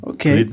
Okay